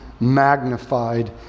magnified